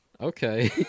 Okay